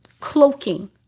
cloaking